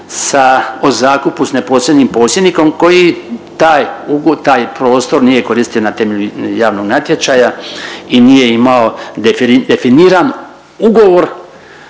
o zakupu s posljednjim posjednikom koji taj, taj prostor nije koristio na temelju javnog natječaja i nije imao definiran ugovor